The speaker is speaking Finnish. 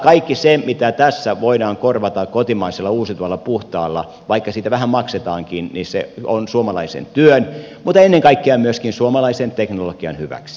kaikki se mitä tässä voidaan korvata kotimaisella uusiutuvalla puhtaalla vaikka siitä vähän maksetaankin on suomalaisen työn mutta ennen kaikkea myöskin suomalaisen teknologian hyväksi